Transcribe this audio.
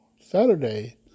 Saturday